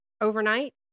overnight